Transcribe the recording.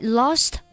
lost